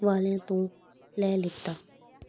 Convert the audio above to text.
ਵਾਲਿਆਂ ਤੋਂ ਲੈ ਲਿਤਾ